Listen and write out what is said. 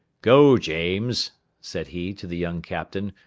go, james, said he to the young captain,